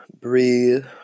breathe